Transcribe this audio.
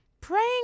Praying